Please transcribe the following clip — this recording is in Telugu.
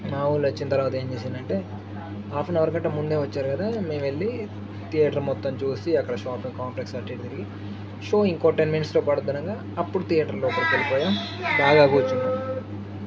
మా ఊర్లు వచ్చిన తర్వాత ఏం చేసానంటే హాఫ్ యాన్ అవర్ గట్ట ముందే వచ్చారు కదా మేము వెళ్లి థియేటర్ మొత్తం చూసి అక్కడ షాపింగ్ కాంప్లెక్స్ అటు ఇటు తిరిగి సో ఇంకో టెన్ మినిట్స్లో పడుద్దనంగా అప్పుడు థియేటర్లోకి వెళ్లిపోయాం బాగా కూర్చున్నాం